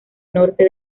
norte